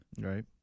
Right